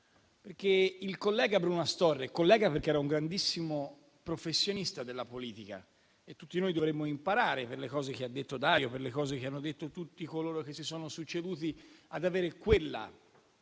perché il collega Bruno Astorre era un grandissimo professionista della politica e tutti noi dovremmo imparare, per le cose che ha detto Dario Franceschini e tutti coloro che si sono succeduti, ad avere quella